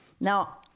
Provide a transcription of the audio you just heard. Now